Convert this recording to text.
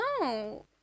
No